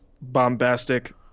bombastic